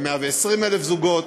ל-120,000 זוגות.